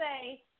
say